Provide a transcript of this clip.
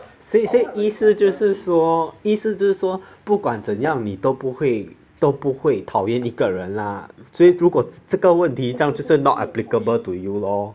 所以所以意思就是说意思就是说不管怎样你都不会都不会讨厌一个人啦所以如果这个问题这样就是 not applicable to you lor